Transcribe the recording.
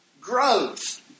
growth